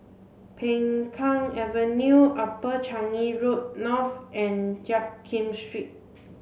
Peng Kang Avenue Upper Changi Road North and Jiak Kim Street